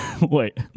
wait